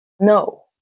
No